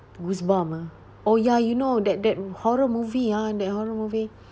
goosebumps ah oh ya you know that that horror movie ah that horror movie